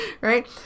right